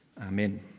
Amen